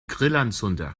grillanzünder